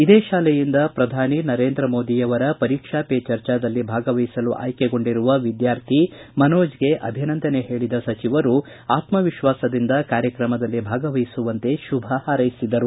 ಇದೇ ಶಾಲೆಯಿಂದ ಪ್ರಧಾನಿ ನರೇಂದ್ರ ಮೋದಿಯವರ ಪರೀಕ್ಷಾ ಪೇ ಚರ್ಚಾದಲ್ಲಿ ಭಾಗವಒಸಲು ಅಯ್ಲೆಗೊಂಡಿರುವ ವಿದ್ಯಾರ್ಥಿ ಮನೋಜ್ಗೆ ಅಭಿನಂದನೆ ಹೇಳಿದ ಸಚಿವರು ವಿದ್ಯಾರ್ಥಿಗೆ ಆತ್ಮವಿಶ್ವಾಸದಿಂದ ಕಾರ್ಕ್ರಮದಲ್ಲಿ ಭಾಗವಹಿಸುವಂತೆ ತುಭ ಹಾರ್ಕೆಸಿದರು